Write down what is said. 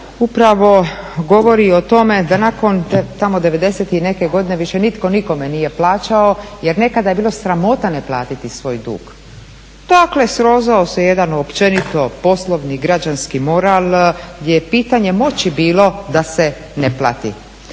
upravo govori o tome da nakon tamo 90 i neke godine više nitko nikome nije plaćao jer nekada je bilo sramota ne platiti svoj dug. Dakle, srozao se jedan općenito poslovni građanski moral gdje je pitanje moći bilo da se ne plati